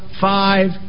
five